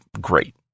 great